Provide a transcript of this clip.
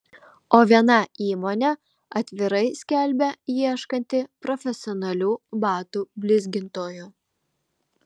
o viena įmonė atvirai skelbia ieškanti profesionalių batų blizgintojų